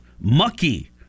mucky